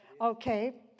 okay